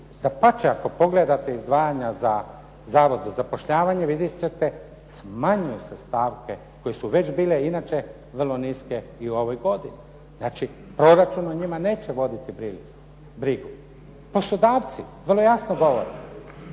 Dapače, ako pogledate izdvajanja za Zavod za zapošljavanje vidjet ćete smanjuju se stavke koje su već bile inače vrlo niske i u ovoj godini. Znači, proračun o njima neće voditi brigu. Poslodavci vrlo jasno govore